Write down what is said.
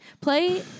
Play